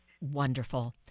Wonderful